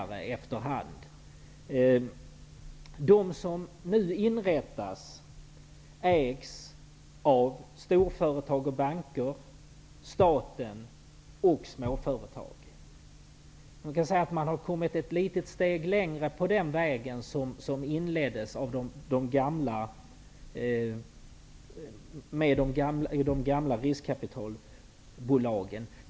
De riskkapitalbolag som nu inrättas ägs av storföretag och banker, staten och småföretag. Man kan säga att man gått ett steg längre på den väg som inleddes med de gamla riskkapitalbolagen.